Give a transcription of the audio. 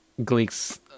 Gleeks